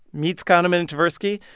meets kahneman and tversky.